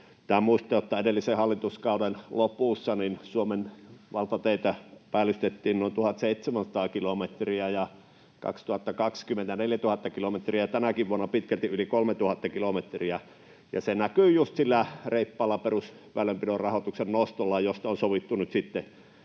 muistaa, että edellisen hallituskauden lopussa Suomen valtateitä päällystettiin noin 1 700 kilometriä, vuonna 2020 noin 4 000 kilometriä ja tänäkin vuonna pitkälti yli 3 000 kilometriä, ja se näkyy just sillä reippaalla perusväylänpidon rahoituksen nostolla, josta on sovittu nyt sitten